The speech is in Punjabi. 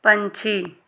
ਪੰਛੀ